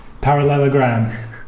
Parallelogram